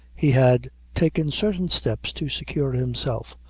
he had taken certain steps to secure himself,